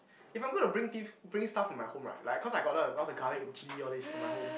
if I'm going to bring things bring stuff from my home right like cause I got the all the garlic and chilli all this from my home